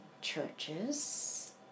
churches